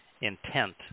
intent